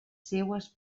seues